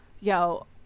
yo